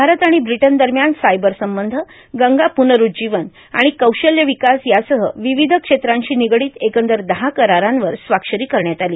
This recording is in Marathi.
भारत आणि ब्रिटन दरम्यान सायबर संबंध गंगा प्रनरूज्जीवन आणि कौशल्य विकास यासह विविध क्षेत्रांशी निगडीत एकंदर दहा करारांवर स्वाक्षरी करण्यात आली